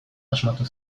asmatu